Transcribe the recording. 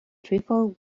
trifle